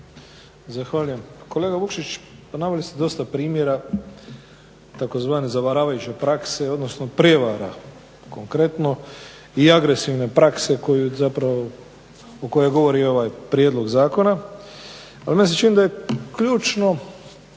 Zahvaljujem. Kolega Vukšić, pa naveli ste dosta primjera tzv. zavaravajuće prakse, odnosno prevara konkretno i agresivne prakse koju zapravo, o kojoj govori ovaj prijedlog zakona. Meni se čini da je ključno